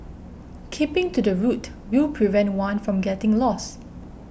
keeping to the route will prevent one from getting lost